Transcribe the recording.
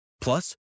Plus